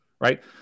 right